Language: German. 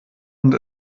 und